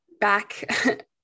back